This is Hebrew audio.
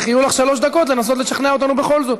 יהיו לך שלוש דקות לנסות לשכנע אותנו בכל זאת.